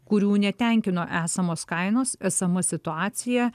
kurių netenkino esamos kainos esama situacija